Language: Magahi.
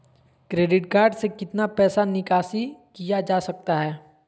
क्रेडिट कार्ड से कितना पैसा निकासी किया जा सकता है?